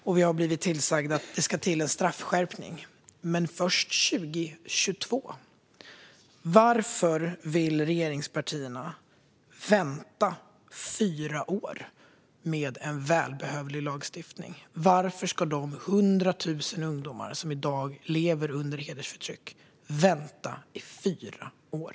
Vi har också blivit tillsagda att det ska till en straffskärpning, men först 2022. Varför vill regeringspartierna vänta fyra år med en välbehövlig lagstiftning? Varför ska de 100 000 ungdomar som i dag lever under hedersförtryck vänta i fyra år?